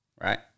right